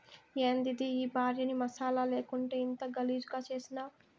యాందిది ఈ భార్యని మసాలా లేకుండా ఇంత గలీజుగా చేసినావ్